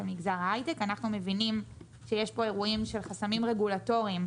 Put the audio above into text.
מגזר ההייטק אנחנו מבינים שיש פה אירועים של חסמים רגולטוריים,